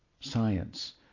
science